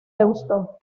deusto